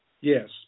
Yes